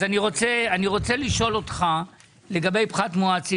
אני רוצה לשאול אותך לגבי פחת מואץ.